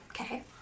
Okay